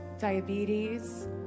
diabetes